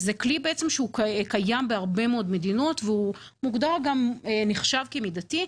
זה כלי שהוא בעצם קיים בהרבה מאוד מדינות ונחשב גם כמידתי,